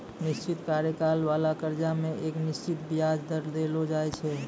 निश्चित कार्यकाल बाला कर्जा मे एक निश्चित बियाज दर देलो जाय छै